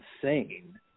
insane